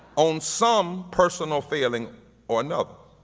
on some personal failing or another.